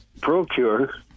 ProCure